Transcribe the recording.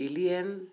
alien